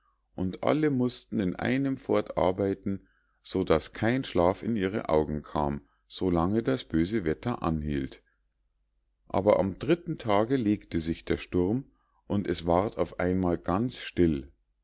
und alle mußten in einem fort arbeiten so daß kein schlaf in ihre augen kam so lange das böse wetter anhielt aber am dritten tage legte sich der sturm und es ward auf einmal ganz still